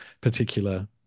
particular